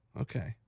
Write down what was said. Okay